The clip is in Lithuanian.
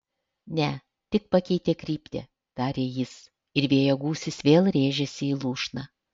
ne tik pakeitė kryptį tarė jis ir vėjo gūsis vėl rėžėsi į lūšną